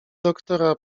doktora